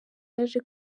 yaje